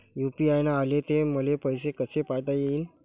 UPI न आले ते पैसे मले कसे पायता येईन?